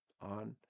On